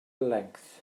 length